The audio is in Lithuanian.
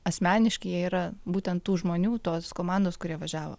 asmeniški jie yra būtent tų žmonių tos komandos kurie važiavo